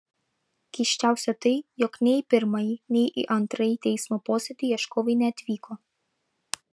keisčiausia tai jog nei į pirmąjį nei į antrąjį teismo posėdį ieškovai neatvyko